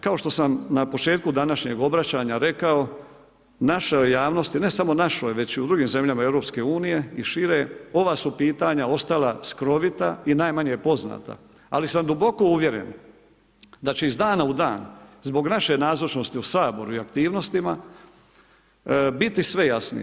Kao što sam na početku današnjeg obraćanja rekao, našoj javnosti, ne samo našoj, već i u drugim zemljama EU i šire, ova su pitanja ostala skrovita i najmanje poznata, ali sam duboko uvjeren, znači iz dana u dan zbog naše nazočnosti u Saboru i aktivnostima biti sve jasnije.